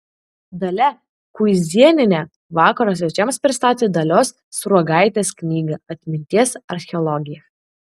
dalia kuizinienė vakaro svečiams pristatė dalios sruogaitės knygą atminties archeologija